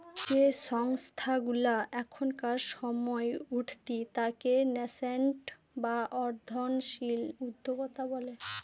যে সংস্থাগুলা এখনকার সময় উঠতি তাকে ন্যাসেন্ট বা বর্ধনশীল উদ্যোক্তা বলে